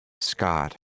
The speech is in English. Scott